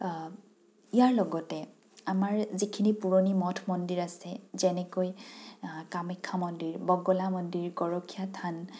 ইয়াৰ লগতে আমাৰ যিখিনি পুৰণি মঠ মন্দিৰ আছে যেনেকৈ কামাখ্যা মন্দিৰ বগলা মন্দিৰ গৰখীয়া থান